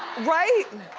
right?